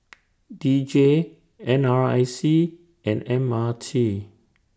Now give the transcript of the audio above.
D J N R I C and M R T